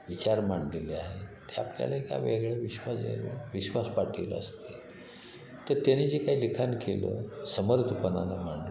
विचार मांडलेले आहे ते आपल्याला एका वेगळ्या विश्वात विश्वास पाटील असतील तर त्यांनी जे काही लिखाण केलं समर्थपणानं मांडलं